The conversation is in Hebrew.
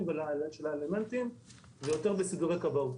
ושל האלמנטים ויותר בסידורי כבאות.